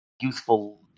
youthful